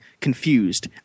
confused